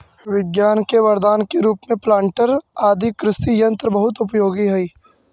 विज्ञान के वरदान के रूप में प्लांटर आदि कृषि यन्त्र बहुत उपयोगी हई